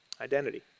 Identity